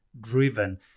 driven